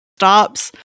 stops